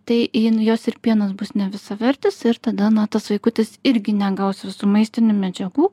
tai jin jos ir pienas bus nevisavertis ir tada na tas vaikutis irgi negaus visų maistinių medžiagų